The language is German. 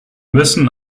müssen